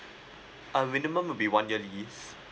uh minimum will be one year least